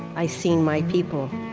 i seen my people,